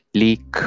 leak